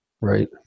right